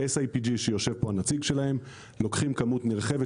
SIPG שיושב פה הנציג שלהם לוקחים כמות נרחבת